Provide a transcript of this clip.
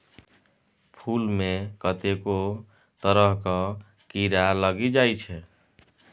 फुल मे कतेको तरहक कीरा लागि जाइ छै